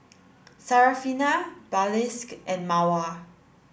Syarafina and Mawar